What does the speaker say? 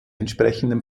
entsprechenden